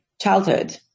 childhood